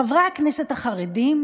חברי הכנסת החרדים,